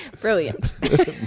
Brilliant